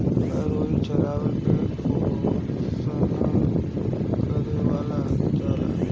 फरुई चाउरे के उसिना करके बनावल जाला